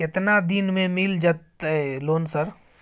केतना दिन में मिल जयते लोन सर?